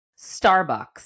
Starbucks